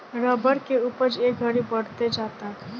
rubber के उपज ए घड़ी बढ़ते जाता